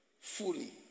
Fully